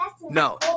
No